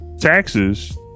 taxes